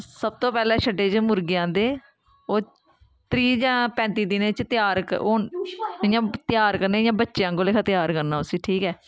सब तो पैह्लें शड्डै च मुर्गे आंदे ओह् त्रीह् जां पैंती दिन च त्यार च इ'यां त्यार करने इ'यां बच्चें आंह्गर लेखा त्यार करना उसी ठीक ऐ